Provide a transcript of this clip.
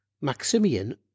Maximian